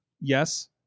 Yes